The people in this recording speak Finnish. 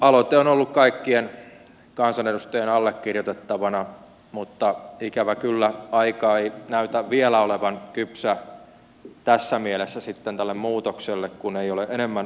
aloite on ollut kaikkien kansanedustajien allekirjoitettavana mutta ikävä kyllä aika ei näytä vielä olevan kypsä tässä mielessä sitten tälle muutokselle kun ei ole enemmän allekirjoituksia kertynyt